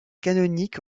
canonique